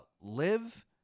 Live